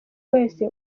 wese